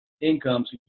incomes